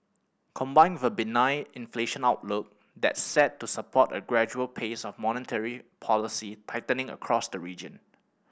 combined with a benign inflation outlook that's set to support a gradual pace of monetary policy tightening across the region